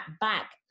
back